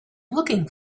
looking